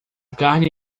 carne